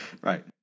Right